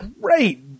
great –